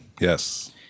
yes